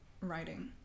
writing